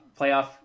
playoff